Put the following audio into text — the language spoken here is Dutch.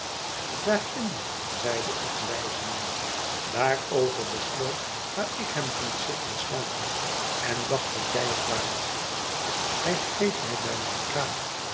daar ginder zeide ik wij zende daar over de sloot waar ik hem vond zitten slapen en dacht dat jij het waart hij greep mij bij mijn kraag